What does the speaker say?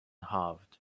halved